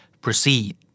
proceed